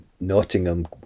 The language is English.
Nottingham